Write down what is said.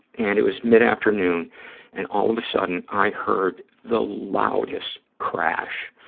and it was mid-afternoon and all of a sudden i heard the loudest crash,